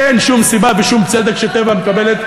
אין שום סיבה ושום צדק ש"טבע" מקבלת,